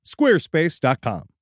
squarespace.com